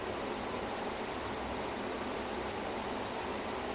and Kaithi and bigger completed in the diwali box office